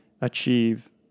achieve